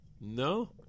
No